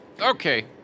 Okay